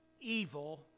evil